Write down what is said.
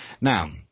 Now